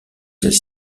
celle